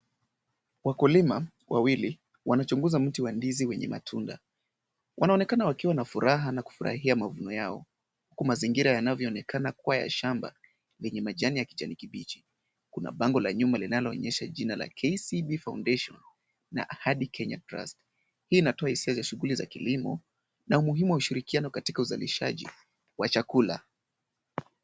Wakulima wawili wanachunguza mti wa ndizi wenye matunda. Wanaonekana wakiwa na furaha na kufurahia mavuno yao huku mazingira yanavyoonekana kuwa ya shamba yenye majani ya kijani kibichi. Kuna bango la nyuma linaloonyesha jina la KCB Foundation na Ahadi Kenya Trust. Hii inatoa hisia za shughuli za kilimo na umuhimu wa ushirikiano katika uzalishaji wa chakula.